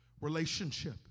relationship